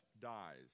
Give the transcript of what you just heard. dies